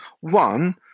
one